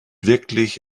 wirklich